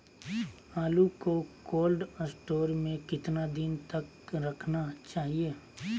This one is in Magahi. आलू को कोल्ड स्टोर में कितना दिन तक रखना चाहिए?